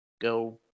go